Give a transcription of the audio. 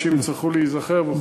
אנשים יצטרכו להיזכר.